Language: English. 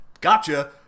gotcha